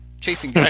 chasing